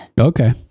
Okay